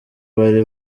bari